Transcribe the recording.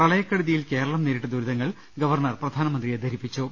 പ്രളയക്കെടുതിയിൽ കേരളം നേരിട്ട ദുരി തങ്ങൾ ഗവർണർ പ്രധാനമന്ത്രിയെ ധരിപ്പിച്ചു